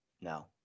No